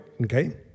Okay